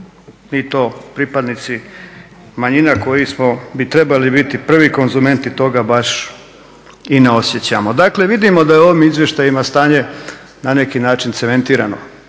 i to pripadnici manjina koji smo bi trebali biti prvi konzumenti toga baš i ne osjećamo. Dakle, vidimo da ovo izvješće ima stanje na neki način cementirano